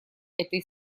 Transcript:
этой